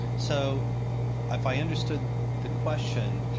so if i understood the question,